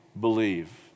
believe